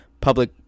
Public